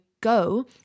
go